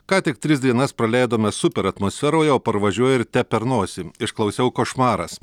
ką tik tris dienas praleidome super atmosferoje o parvažiuoji ir te per nosį išklausiau košmaras